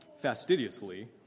fastidiously